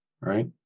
Right